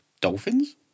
Dolphins